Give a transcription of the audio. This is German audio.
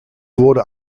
wurde